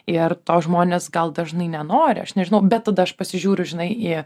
ir to žmonės gal dažnai nenori aš nežinau bet tada aš pasižiūriu žinaiį